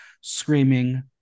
screaming